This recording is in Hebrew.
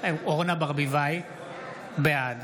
ברביבאי, בעד